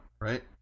right